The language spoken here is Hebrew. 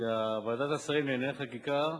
שוועדת השרים לענייני חקיקה,